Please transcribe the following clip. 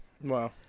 Wow